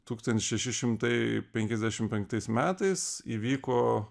tūkstantis šeši šimtai penkiasdešim penktais metais įvyko